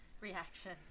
Reaction